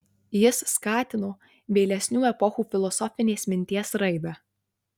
jis skatino vėlesnių epochų filosofinės minties raidą